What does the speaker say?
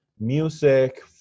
music